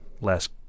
last